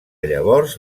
llavors